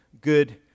good